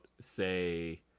say